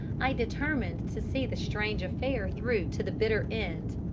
i determined to see the strange affair through to the bitter end,